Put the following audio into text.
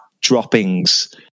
Droppings